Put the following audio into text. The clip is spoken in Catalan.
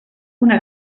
una